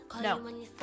No